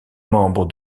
membre